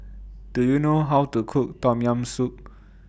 Do YOU know How to Cook Tom Yam Soup